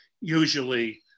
usually